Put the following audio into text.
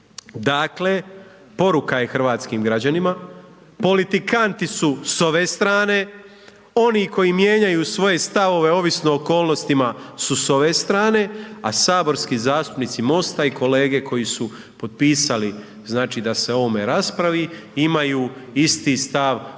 Dakle, poruka je hrvatskim građanima, politikanti su s ove strane, oni koji mijenjaju svoje stavove ovisno o okolnostima su s ove strane, a saborski zastupnici MOST-a i kolege koji su potpisali znači da se o ovome raspravi imaju isti stav cijelo